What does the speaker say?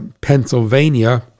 pennsylvania